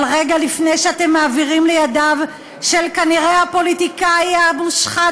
אבל רגע לפני שאתם מעבירים לידיו של כנראה הפוליטיקאי המושחת